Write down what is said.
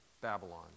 Babylon